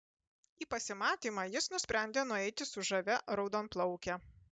į pasimatymą jis nusprendė nueiti su žavia raudonplauke